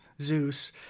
Zeus